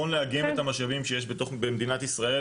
נכון לאגם את המשאבים שיש במדינת ישראל